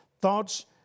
thoughts